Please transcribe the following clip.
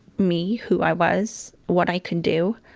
me, who i was, what i can do,